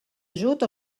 ajut